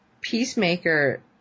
peacemaker